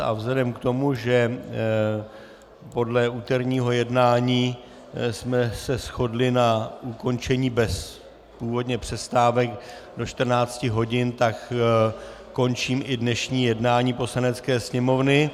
A vzhledem k tomu, že podle úterního jednání jsme se shodli na ukončení původně bez přestávek do 14 hodin, tak končím i dnešní jednání Poslanecké sněmovny.